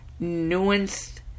nuanced